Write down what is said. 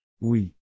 Oui